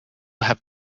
have